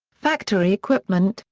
factory equipment,